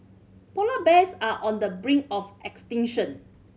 polar bears are on the brink of extinction